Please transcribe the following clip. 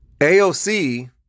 AOC